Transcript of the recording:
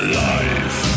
life